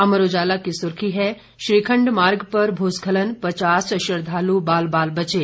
अमर उजाला की सुर्खी है श्रीखंड मार्ग पर भू स्खलन पचास श्रद्दालू बाल बाल बचे